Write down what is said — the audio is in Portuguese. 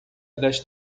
das